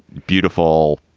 beautiful.